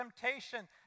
temptation